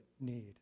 need